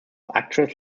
actress